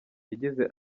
yagize